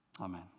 Amen